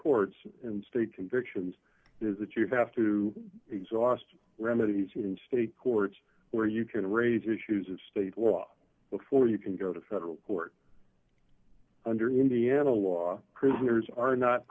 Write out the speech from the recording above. courts and state convictions is that you have to exhaust remedies in state courts where you can raise issues of state law before you can go to federal court under indiana law prisoners are not